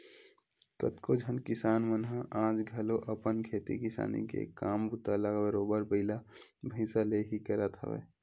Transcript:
कतको झन किसान मन ह आज घलो अपन खेती किसानी के काम बूता ल बरोबर बइला भइसा ले ही करत हवय